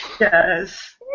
Yes